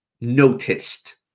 noticed